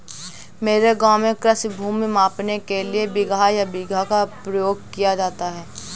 मेरे गांव में कृषि भूमि मापन के लिए बिगहा या बीघा का प्रयोग किया जाता है